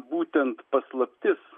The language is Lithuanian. būtent paslaptis